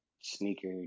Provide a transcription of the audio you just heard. sneaker